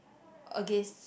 against